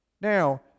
Now